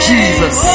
Jesus